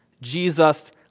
Jesus